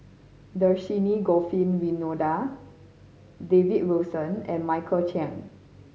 Dhershini Govin Winodan David Wilson and Michael Chiang